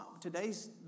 today's